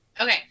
Okay